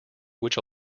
which